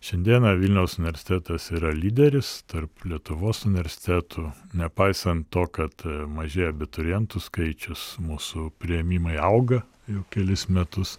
šiandieną vilniaus universitetas yra lyderis tarp lietuvos universitetų nepaisant to kad mažėja abiturientų skaičius mūsų priėmimai auga jau kelis metus